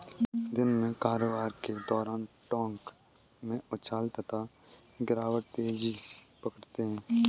दिन में कारोबार के दौरान टोंक में उछाल तथा गिरावट तेजी पकड़ते हैं